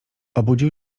obudził